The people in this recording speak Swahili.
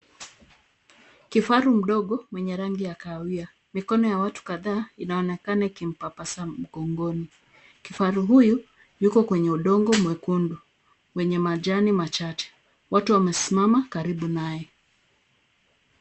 Kifaru mdogo mwenye rangi ya kahawia. Mikono ya watu kadhaa inaonekana ikimpapasa mgongoni. Kifaru huyu yuko kwenye udongo mwekundu kwenye majani machache. Watu wamesimama karibu naye.